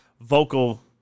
vocal